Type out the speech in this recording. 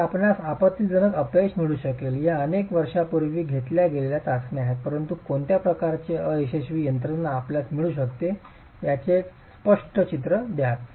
तर आपणास आपत्तीजनक अपयश मिळू शकेल या अनेक वर्षांपूर्वी घेतल्या गेलेल्या चाचण्या आहेत परंतु कोणत्या प्रकारचे अयशस्वी यंत्रणा आपल्याला मिळू शकते याचे एक स्पष्ट चित्र द्या